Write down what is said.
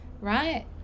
right